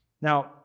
Now